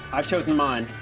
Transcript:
i've chosen mine.